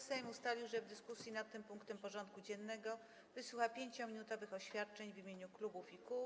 Sejm ustalił, że w dyskusji nad tym punktem porządku dziennego wysłucha 5-minutowych oświadczeń w imieniu klubów i kół.